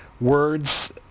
words